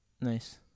Nice